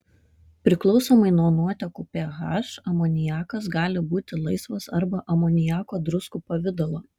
priklausomai nuo nuotekų ph amoniakas gali būti laisvas arba amoniako druskų pavidalo